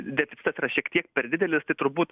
deficitas yra šiek tiek per didelis tai turbūt